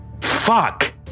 Fuck